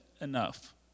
enough